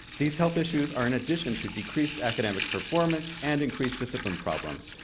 these health issues are in addition to decreased academic performance and increased discipline problems,